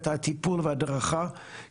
כמו שמשליכים כל פסולת אחרת,